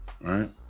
Right